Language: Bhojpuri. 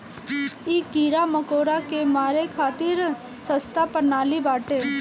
इ कीड़ा मकोड़ा के मारे खातिर सस्ता प्रणाली बाटे